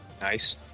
Nice